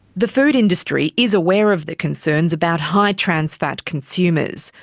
the food industry is aware of the concerns about high trans fat consumers.